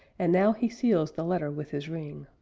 and now he seals the letter with his ring.